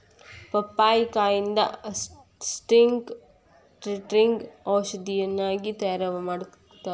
ಪಪ್ಪಾಯಿಕಾಯಿಂದ skin ಟ್ರಿಟ್ಮೇಟ್ಗ ಔಷಧಿಯನ್ನಾಗಿ ತಯಾರಮಾಡತ್ತಾರ